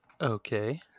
okay